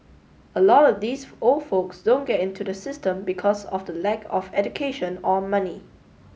a lot of these old folks don't get into the system because of the lack of education or money